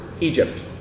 Egypt